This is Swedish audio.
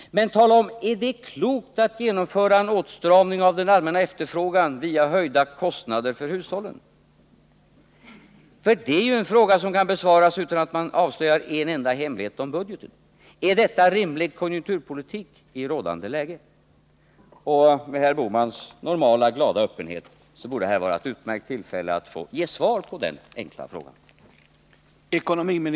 Men tala ändå om huruvida det är klokt att genomföra en åtstramning av den allmänna efterfrågan via en höjning av hushållens kostnader! Det är nämligen en fråga som kan besvaras utan att man avslöjar en enda hemlighet om budgeten. Är detta rimlig konjunkturpolitik i rådande läge? Med tanke på den glada öppenhet som herr Bohman normalt uppvisar borde detta vara ett utmärkt tillfälle för honom att ge svar på den enkla frågan.